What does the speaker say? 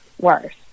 worse